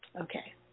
Okay